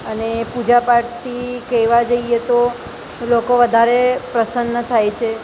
અને પૂજાપાઠથી કેવા જઇયે તો લોકો વધારે પ્રસન્ન થાય છે